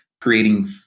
creating